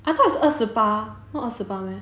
I thought it's 二十八